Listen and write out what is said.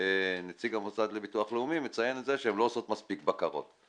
נציג המוסד לביטוח לאומי מציין שהן לא עושות מספיק בקרות.